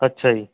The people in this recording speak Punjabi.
ਅੱਛਾ ਜੀ